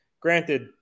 granted